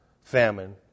famine